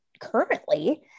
currently